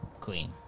Queen